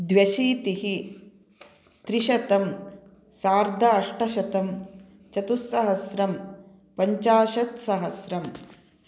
द्व्यशीतिः त्रिशतं सार्ध अष्टशतं चतुसहस्रं पञ्चाशत् सहस्रम्